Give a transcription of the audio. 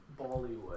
Bollywood